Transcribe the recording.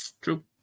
True